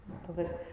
entonces